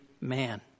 man